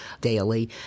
daily